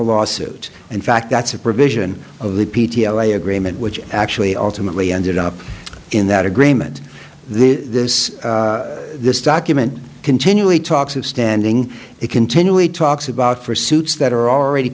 lawsuit in fact that's a provision of the p t o a agreement which actually ultimately ended up in that agreement this this document continually talks of standing it continually talks about for suits that are already